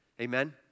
Amen